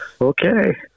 okay